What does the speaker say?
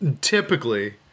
typically